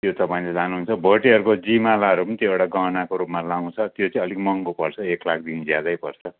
त्यो तपाईँले लानुहुन्छ भोटेहरूको जिमालाहरू पनि त्यो एउटा गहनाको रूपमा लागाउँछ त्यो चाहिँ अलिक महँगो पर्छ एक लाखदेखि ज्यादै पर्छ